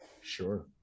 sure